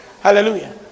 Hallelujah